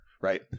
right